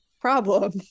problem